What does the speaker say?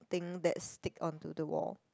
thing that stick onto the wall